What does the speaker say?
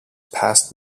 past